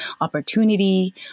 opportunity